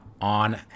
on